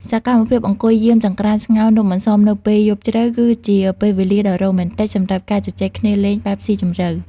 សកម្មភាពអង្គុយយាមចង្ក្រានស្ងោរនំអន្សមនៅពេលយប់ជ្រៅ គឺជាពេលវេលាដ៏រ៉ូមែនទិកសម្រាប់ការជជែកគ្នាលេងបែបស៊ីជម្រៅ។